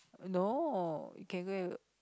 no you can go and